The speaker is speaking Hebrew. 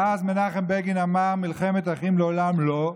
ואז מנחם בגין אמר: מלחמת אחים לעולם לא,